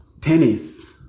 tennis